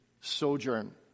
sojourn